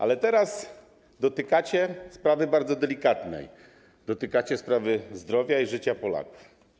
Ale teraz dotykacie sprawy bardzo delikatnej, dotykacie sprawy zdrowia i życia Polaków.